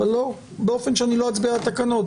אבל לא באופן שאני לא אצביע על התקנות.